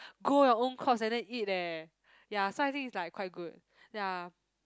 grow your own crops and then eat eh ya so I think is like quite good ya